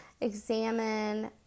Examine